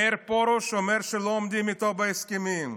מאיר פרוש אומר שלא עומדים בהסכמים איתו,